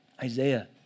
Isaiah